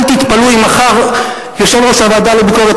אל תתפלאו אם מחר יושב-ראש הוועדה לביקורת